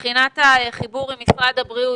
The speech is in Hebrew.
מבחינת החיבור עם משרד הבריאות,